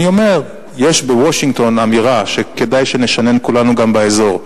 יש בוושינגטון אמירה שכדאי שנשנן כולנו גם באזור,